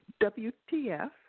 WTF